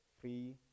free